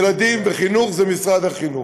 ילדים וחינוך זה משרד החינוך.